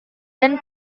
dan